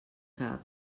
que